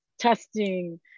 testing